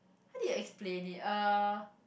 how do you explain it uh